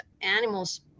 animals